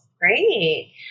Great